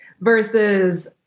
versus